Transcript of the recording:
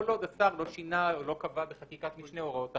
כל עוד השר לא שינה או לא קבע בחקיקת משנה הוראות אחרות.